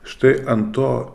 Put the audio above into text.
štai ant to